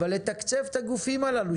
אבל לתקצב את הגופים הללו,